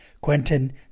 Quentin